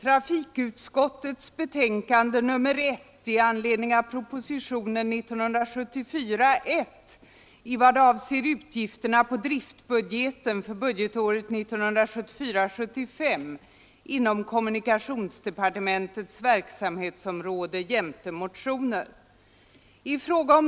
I fråga om detta betänkande hålles gemensam överläggning för samtliga punkter. Under den gemensamma överläggningen får yrkanden framställas beträffande samtliga punkter i betänkandet.